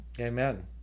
Amen